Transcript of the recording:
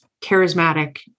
charismatic